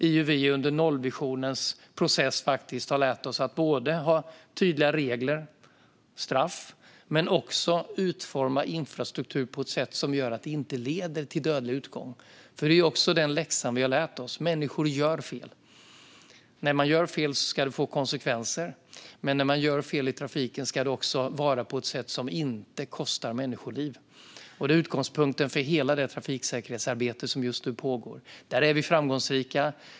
Vi har under nollvisionens process lärt oss att både ha tydliga regler och straff och att utforma infrastruktur på ett sätt som gör att det inte leder till dödlig utgång. Det är också den läxan vi har lärt oss: Människor gör fel. När man gör fel ska det få konsekvenser, men när man gör fel i trafiken ska det ske på ett sätt som inte kostar människoliv. Det är utgångspunkten för hela det trafiksäkerhetsarbete som just nu pågår, och där är vi framgångsrika.